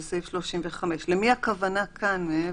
זה סעיף 35. למי הכוונה כאן מעבר?